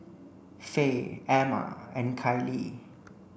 Faye Amma and Kylie